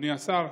אדוני השר,